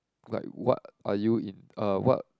like what are you in uh what